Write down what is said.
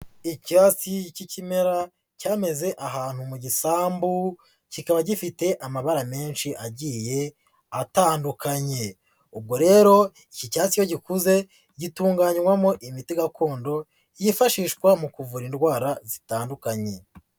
Icyatsi cy'ikimera cyameze ahantu mu gisambu, kikaba gifite amabara menshi agiye atandukanye, ubwo rero iki cyatsi iyo gikuze gitunganywamo imiti gakondo, yifashishwa mu kuvura indwara zitandukanye.